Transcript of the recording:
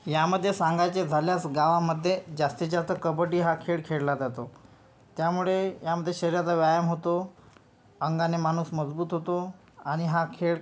यामधे सांगायचे झाल्यास गावामध्ये जास्तीतजास्त कबड्डी हा खेळ खेळला जातो त्यामुळे आमच्या शरीराचा व्यायाम होतो अंगाने माणूस मजबूत होतो आणि हा खेळ